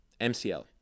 MCL